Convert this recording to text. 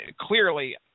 Clearly